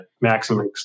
maximum